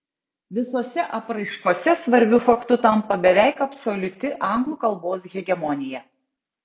visose apraiškose svarbiu faktu tampa beveik absoliuti anglų kalbos hegemonija